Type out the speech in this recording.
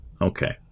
Okay